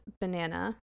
banana